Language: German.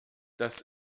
das